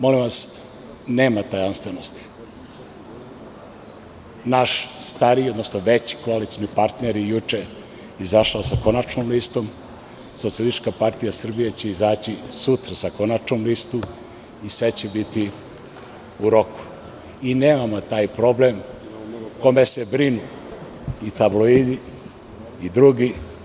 Molim vas, nema tajanstvenosti, naš stariji odnosno veći koalicioni partner je juče izašao sa konačnom listom, SPS će izaći sutra sa konačnom listom i sve će bitiu roku i nemamo taj problem o kome se brinu i tabloidi i drugi.